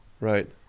Right